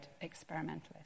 experimentalist